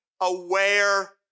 aware